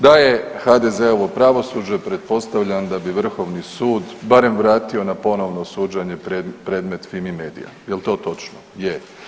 Da je HDZ-ovo pravosuđe pretpostavljam da bi Vrhovni sud barem vratio na ponovno suđenje predmet Fimi medija, jel to točno, je.